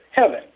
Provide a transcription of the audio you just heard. heaven